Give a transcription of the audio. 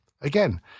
Again